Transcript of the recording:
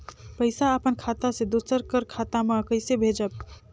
पइसा अपन खाता से दूसर कर खाता म कइसे भेजब?